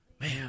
Man